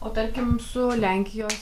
o tarkim su lenkijos